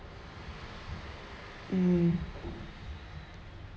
mm